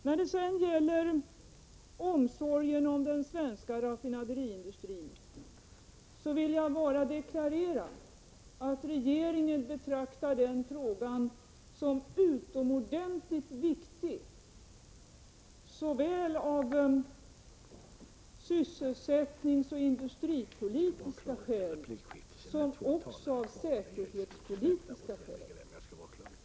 När det sedan gäller omsorgen om den svenska raffinaderiindustrin vill jag bara deklarera att regeringen betraktar den frågan som utomordentligt viktig, såväl av sysselsättningsoch industripolitiska skäl som av säkerhetspolitiska skäl.